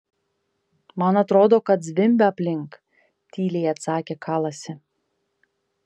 man atrodo kad zvimbia aplink tyliai atsakė kalasi